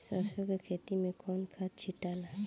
सरसो के खेती मे कौन खाद छिटाला?